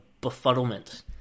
befuddlement